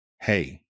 hey